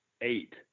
eight